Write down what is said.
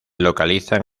localizan